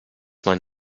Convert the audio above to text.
man